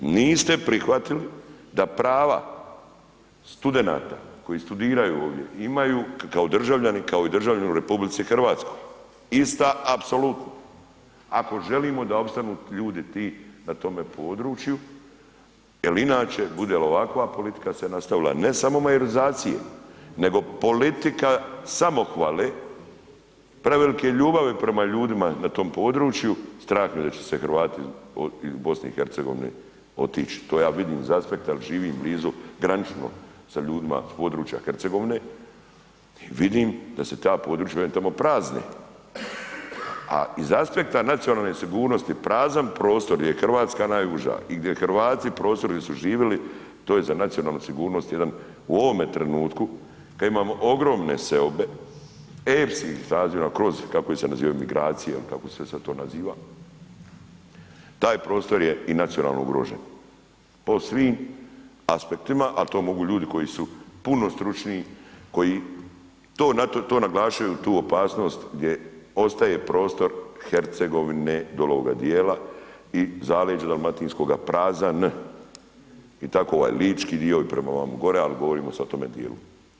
Niste prihvatili da prava studenata, koji studiraju ovdje, imaju kao državljani, kao i državljani u RH, ista apsolutno ako želimo da opstanu ljudi ti na tome području, jel inače bude li ovakva politika se nastavila, ne samo majorizacije, nego politika samohvale, prevelike ljubavi prema ljudima na tom području, strah me da će se Hrvati iz BiH otići, to ja vidim iz aspekta jel živim blizu granično sa ljudima s područja Hercegovine i vidim da se ta područja … [[Govornik se ne razumije]] tamo prazne, a iz aspekta nacionalne sigurnosti, prazan prostor gdje je RH najuža i gdje Hrvati na prostoru gdje su živjeli, to je za nacionalnu sigurnost jedan, u ovome trenutku kad imamo ogromne seobe, epskih razmjera kroz, kako ih se nazivaju, migracijom ili kako se sad to naziva, taj prostor je i nacionalno ugrožen po svim aspektima, a to mogu ljudi koji su puno stručniji, koji to naglašaju tu opasnost gdje ostaje prostor Hercegovine donjoga dijela i zaleđe Dalmatinskoga prazan i tako ovaj lički dio i prema ovamo gore, al govorimo sad o tome dijelu.